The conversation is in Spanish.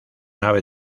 nave